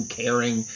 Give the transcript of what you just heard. caring